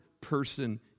person